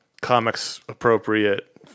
comics-appropriate